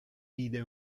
vide